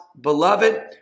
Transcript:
beloved